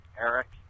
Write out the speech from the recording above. Eric